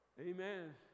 Amen